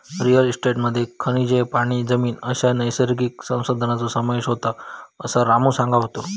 real इस्टेटमध्ये खनिजे, पाणी, जमीन अश्या नैसर्गिक संसाधनांचो समावेश होता, असा रामू सांगा होतो